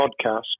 podcast